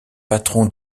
patron